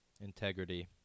integrity